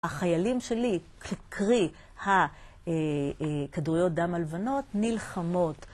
החיילים שלי, קרי הכדוריות דם-הלבנות, נלחמות.